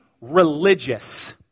religious